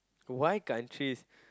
why countries